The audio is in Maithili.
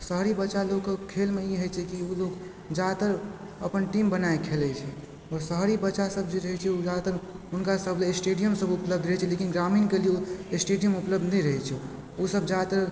शहरी बच्चालोगके खेलमे ई होइत छै की ओ लोग जादातर अपन टीम बनाके खेलै छै शहरी बच्चासभ जे रहैत छै ओ जादातर हुनकासभ लऽ स्टेडियमसभ उपलब्ध रहैत छै लेकिन ग्रामीणके लिए स्टेडियम उपलब्ध नहि रहैत छै ओसभ जादातर